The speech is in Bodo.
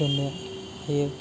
दोननो हायो